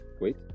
Wait